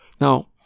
Now